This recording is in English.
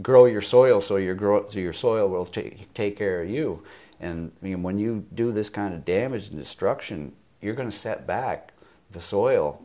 grow your soil so your growth to your soil will take care of you and i mean when you do this kind of damage and destruction you're going to set back the soil